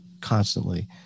constantly